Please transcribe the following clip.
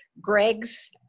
Greg's